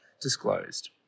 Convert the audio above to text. disclosed